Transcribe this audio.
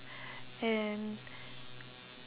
and